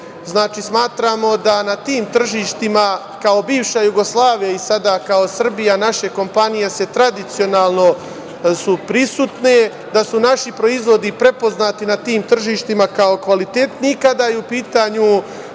Znači, smatramo da na tim tržištima kao bivša Jugoslavija i sada kao Srbija naše kompanije su tradicionalno prisutne, da su naši proizvodi prepoznati na tim tržištima kao kvalitetni i kada je u pitanju